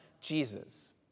Jesus